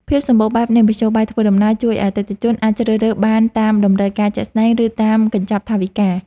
ភាពសម្បូរបែបនៃមធ្យោបាយធ្វើដំណើរជួយឱ្យអតិថិជនអាចជ្រើសរើសបានតាមតម្រូវការជាក់ស្ដែង ឬតាមកញ្ចប់ថវិកា។